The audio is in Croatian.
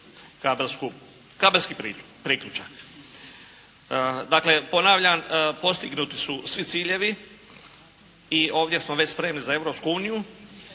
kabelski priključak. Dakle ponavljam, postignuti su svi ciljevi i ovdje smo već spremni za Europsku uniju